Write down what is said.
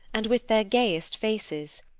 and with their gayest faces.